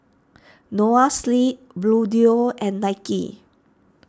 Noa Sleep Bluedio and Nike